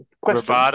Question